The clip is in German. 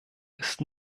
ist